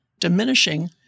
diminishing